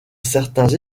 certains